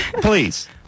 please